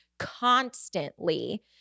constantly